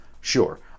Sure